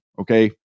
okay